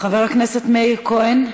חבר הכנסת מאיר כהן,